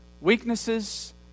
weaknesses